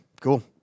cool